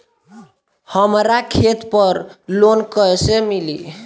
हमरा खेत पर लोन कैसे मिली?